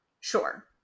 Sure